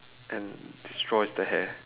and destroys the hair